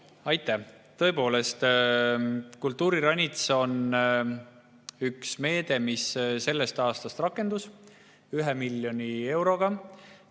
Aitäh! Tõepoolest, kultuuriranits on üks meede, mis sellest aastast rakendus 1 miljoni euro